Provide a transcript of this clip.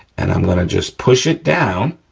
and i'm gonna just push it down,